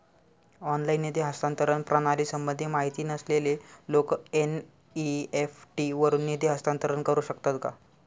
Online निधी हस्तांतरण प्रणालीसंबंधी माहिती नसलेले लोक एन.इ.एफ.टी वरून निधी हस्तांतरण करू शकतात का?